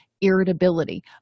irritability